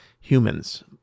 humans